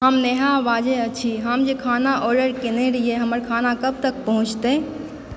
हम नेहा बाजए अछि हम जे खाना आर्डर केने रहिए हमर खाना कब तक पहुँचतै